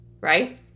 Right